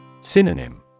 Synonym